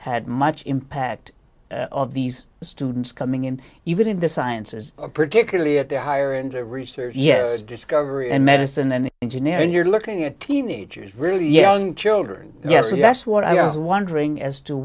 had much impact of these students coming in even in the sciences particularly at the higher end research yes discovery and medicine and engineering you're looking at teenagers really young children yes yes what i was wondering as to